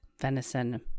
venison